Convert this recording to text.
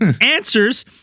Answers